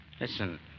Listen